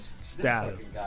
status